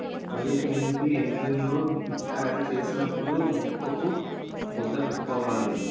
వరి సేనుకి ఎండ్రిన్ ను పిచికారీ సేసినపుడు ముక్కుకు గుడ్డ కట్టుకోవాల